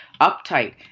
uptight